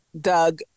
Doug